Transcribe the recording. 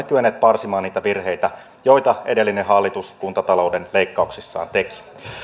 kyenneet parsimaan niitä virheitä joita edellinen hallitus kuntatalouden leikkauksissaan teki